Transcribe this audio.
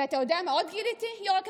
ואתה יודע מה עוד גיליתי, יו"ר הישיבה?